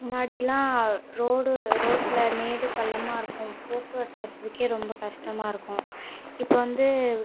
முன்னாயெடிலா road ரோட்டில் மேடு பள்ளமாக இருக்கும் போக்குவரத்து வசதிக்கே ரொம்ப கஷ்டமாக இருக்கும் இப்போ வந்து